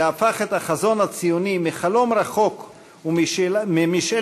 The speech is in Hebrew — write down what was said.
והפך את החזון הציוני מחלום רחוק ומשאלת